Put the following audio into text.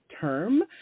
term